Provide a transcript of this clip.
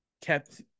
kept